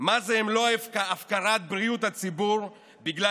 מה זה אם לא הפקרת בריאות הציבור בגלל